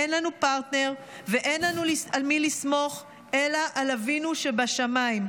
אין לנו פרטנר ואין לנו על מי לסמוך אלא על אבינו שבשמיים.